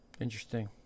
Interesting